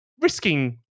risking